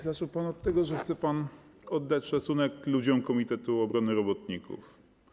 Zaczął pan od tego, że chce pan oddać szacunek ludziom Komitetu Obrony Robotników.